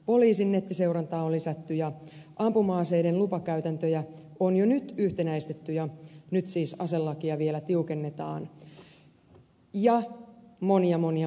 poliisin nettiseurantaa on lisätty ja ampuma aseiden lupakäytäntöjä on jo nyt yhtenäistetty ja nyt siis aselakia vielä tiukennetaan ja monia monia muita toimenpiteitä